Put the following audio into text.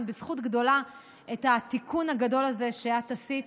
בזכות גדולה את התיקון הגדול הזה שאת עשית,